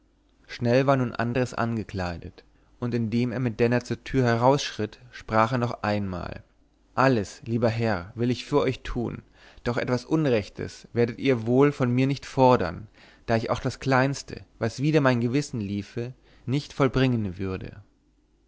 schnell war nun andres angekleidet und indem er mit denner zur türe herausschritt sprach er noch einmal alles lieber herr will ich für euch tun doch etwas unrechtes werdet ihr wohl von mir nicht fordern da ich auch das kleinste was wider mein gewissen liefe nicht vollbringen würde